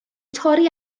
torri